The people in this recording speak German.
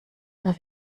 darf